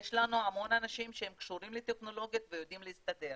יש לנו המון אנשים שקשורים לטכנולוגיות ויודעים להסתדר